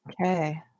Okay